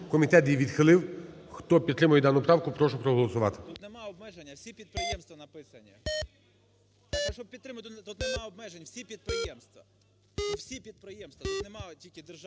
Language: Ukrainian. комітет її відхилив. Хто підтримує дану правку, прошу проголосувати.